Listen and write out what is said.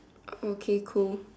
okay cool